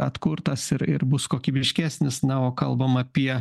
atkurtas ir ir bus kokybiškesnis na o kalbam apie